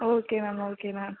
okay ma'am okay ma'am